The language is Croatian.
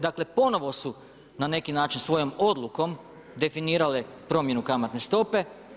Dakle, ponovno su na neki način, svojom odlukom, definirale promjenu kamatne stope.